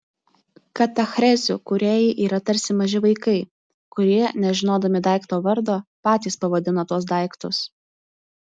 katachrezių kūrėjai yra tarsi maži vaikai kurie nežinodami daikto vardo patys pavadina tuos daiktus